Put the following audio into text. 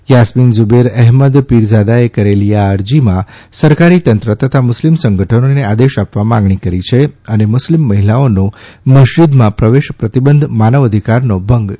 યાસ્મીન ઝ્રબેર અહેમદ પીરઝાદાએ કરેલી આ અરજીમાં સરકારી તંત્ર તથા મુસ્લિમ સંગઠનોને આદેશ આપવા માંગણી કરી છે અને મુસ્લિમ મહિલાઓનો મસ્જિદમાં પ્રવેશ પ્રતિબંધ માનવ અધિકારનો ભંગ ગણાવ્યું છે